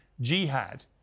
jihad